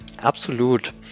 Absolut